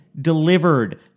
delivered